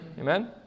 Amen